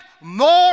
more